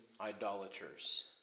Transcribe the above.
idolaters